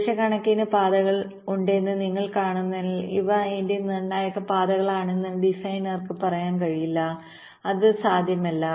ദശലക്ഷക്കണക്കിന് പാതകൾ ഉണ്ടെന്ന് നിങ്ങൾ കാണുന്നതിനാൽ ഇവ എന്റെ നിർണായക പാതകളാണെന്ന് ഡിസൈനർക്ക് പറയാൻ കഴിയില്ല അത് സാധ്യമല്ല